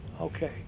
Okay